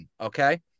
Okay